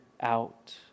out